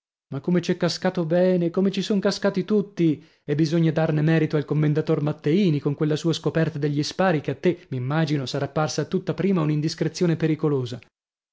ma come c'è cascato bene come ci son cascati tutti e bisogna darne merito al commendator matteini con quella sua scoperta degli spari che a te m'immagino sarà parsa a tutta prima un'indiscrezione pericolosa